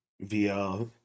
via